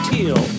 Teal